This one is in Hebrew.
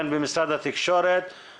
הן במשרד התקשורת,